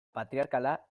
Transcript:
patriarkala